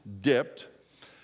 dipped